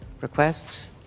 requests